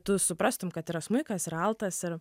tu suprastum kad yra smuikas yra altas ir